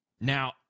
Now